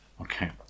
Okay